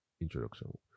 introduction